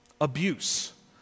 Abuse